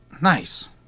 Nice